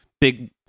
big